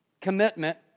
commitment